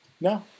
No